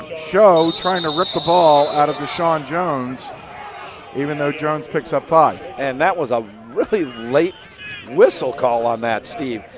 schoh trying to rip the ball out of deshawn jones even though jones picks up five. and that was a really late whistle call on that steve,